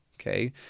okay